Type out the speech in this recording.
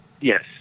Yes